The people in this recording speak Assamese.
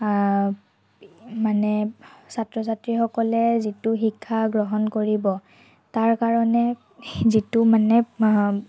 মানে ছাত্ৰ ছাত্ৰীসকলে যিটো শিক্ষা গ্ৰহণ কৰিব তাৰ কাৰণে যিটো মানে